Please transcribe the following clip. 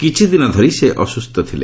କିଛିଦିନ ଧରି ସେ ଅସୁସ୍ଥ ଥିଲେ